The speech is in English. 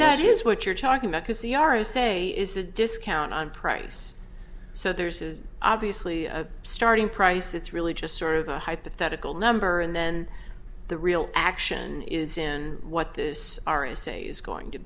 that is what you're talking about because the are a say is a discount on price so there's is obviously a starting price it's really just sort of a hypothetical number and then the real action is in what this r is a is going to